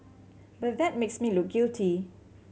but that makes me look guilty